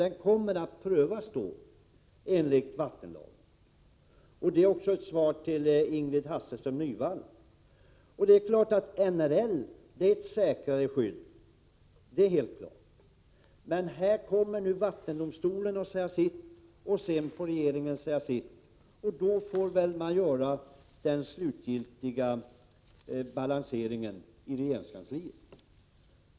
Emån kommer att prövas enligt vattenlagen. Det är också ett svar till Ingrid Hasselström Nyvall. NRL ger ett säkrare skydd. Det är helt klart. Vattendomstolen kommer nu att säga sitt, och sedan får regeringen säga sitt. Man får då göra den slutgiltiga balanseringen i regeringskansliet.